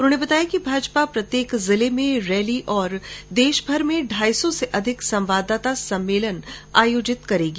उन्होंने बताया कि भाजपा प्रत्येक जिले में रैली और देश भर में ढाई सौ से अधिक संवाददाता सम्मेलन भी आयोजित करेगी